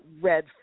Red